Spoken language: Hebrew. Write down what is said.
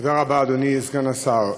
תודה רבה, אדוני סגן השר.